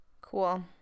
Cool